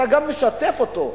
אתה גם משתף אותו.